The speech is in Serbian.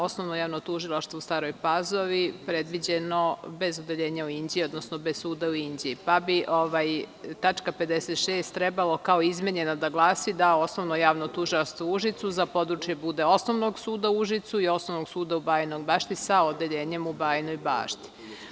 Osnovno javno tužilaštvo u Staroj Pazovi predviđeno bez odeljenja u Inđiji, odnosno bez suda u Inđiji, pa bi tačka 56. trebala kao izmenjena da glasi da Osnovno javno tužilaštvo u Užicu za područje Osnovnog suda u Užicu i Osnovnog suda u Bajinoj Bašti, sa odeljenjem u Bajinoj Bašti.